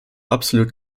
absolut